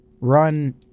run